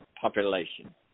population